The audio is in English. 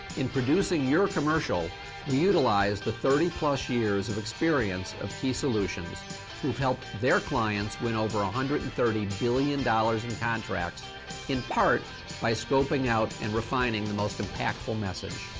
in producing your commercial, we utilize the thirty plus years of experience of key solutions who've helped their clients win over one ah hundred and thirty billion dollars in contracts in part by scoping out and refining the most impactful message.